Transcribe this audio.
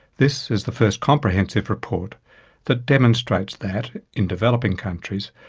this is the first comprehensive report that demonstrates that, in developing countries,